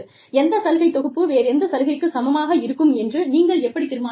எந்த சலுகை தொகுப்பு வேறெந்த சலுகைக்குச் சமமாக இருக்கும் என்று நீங்கள் எப்படித் தீர்மானிப்பீர்கள்